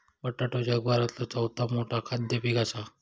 बटाटो जगातला चौथा मोठा खाद्य पीक असा